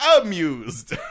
amused